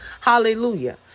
Hallelujah